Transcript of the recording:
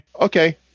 Okay